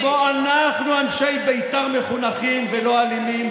כמו: אנחנו אנשי בית"ר מחונכים ולא אלימים,